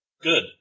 Good